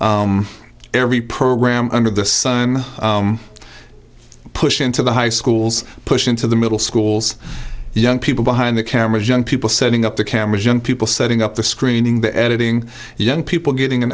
every program under the sun pushed into the high schools pushed into the middle schools young people behind the cameras young people setting up the cameras young people setting up the screening the editing young people getting an